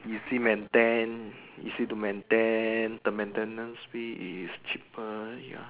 easy maintain easy to maintain the maintenance fee is cheaper